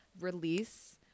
release